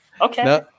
Okay